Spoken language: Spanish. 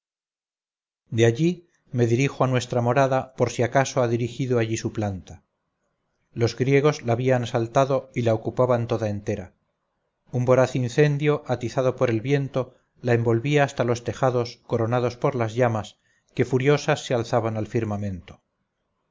de allí me dirijo a nuestra morada por si acaso ha dirigido allí su planta los griegos la habían asaltado y la ocupaban toda entera un voraz incendio atizado por el viento la envolvía hasta los tejados coronados por las llamas que furiosas se alzaban al firmamento